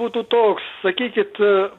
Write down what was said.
būtų toks sakykit